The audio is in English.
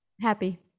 Happy